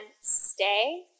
stay